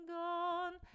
gone